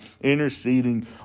interceding